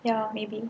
ya maybe